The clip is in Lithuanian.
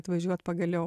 atvažiuot pagaliau